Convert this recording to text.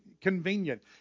convenient